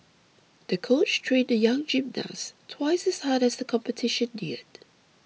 the coach trained the young gymnast twice as hard as the competition neared